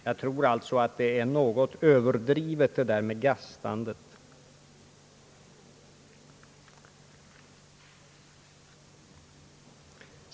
Jag tror alltså att uttrycket om gastandet är något överdrivet.